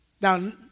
Now